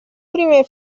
primer